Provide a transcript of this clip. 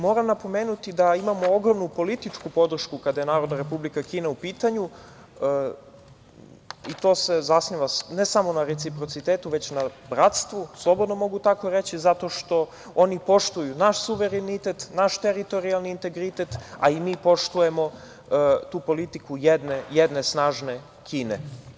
Moram napomenuti da imamo ogromnu političku podršku kada je Narodna Republika Kina u pitanju i to se zasniva ne samo na reciprocitetu, već i na bratstvu, slobodno mogu tako reći, zato što oni poštuju naš suverenitet, naš teritorijalni integritet, a i mi poštujemo tu politiku jedne snažne Kine.